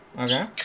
Okay